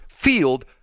Field